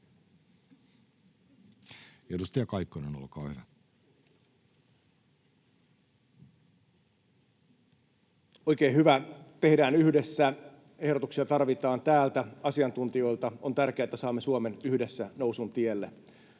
16:51 Content: Oikein hyvä — tehdään yhdessä, ehdotuksia tarvitaan täältä ja asiantuntijoilta. On tärkeää, että saamme Suomen yhdessä nousun tielle.